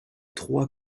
trois